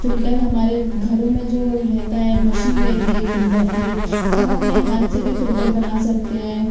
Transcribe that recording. filter हमारे घरो में जो रहता हैं मशीन रहती है एक फ़िल्टर की हम अपने हाथ से भी फ़िल्टर बना सकते हैं